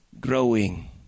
growing